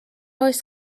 oes